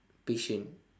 patient